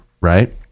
right